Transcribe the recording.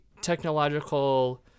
technological